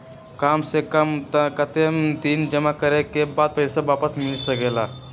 काम से कम कतेक दिन जमा करें के बाद पैसा वापस मिल सकेला?